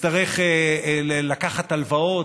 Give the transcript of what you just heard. יצטרך לקחת הלוואות,